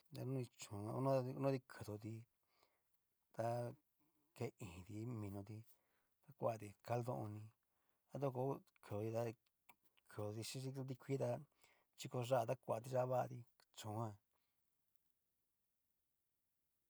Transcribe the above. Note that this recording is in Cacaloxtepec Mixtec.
Danoi chón ono onoti kudoti, ta ke ínti, vinoti ta kuati caldo oni a toko ta kodoti ta kudoti chín didaño tikui tá chiko yá'a ta koa tiyá vati chón jan.